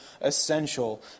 essential